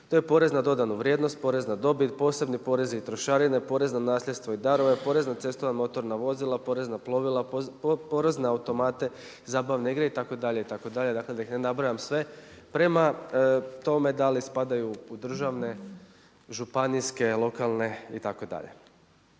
to je porez na dodanu vrijednost, porez na dobit, posebni porezi, trošarine, porez na nasljedstvo i darove, porez na cestovna motorna vozila, porez na plovila, porez na automate, zabavne igre itd., itd. da ih ne nabrajam sve, prema tome da li spadaju u državne, županijske, lokalne itd.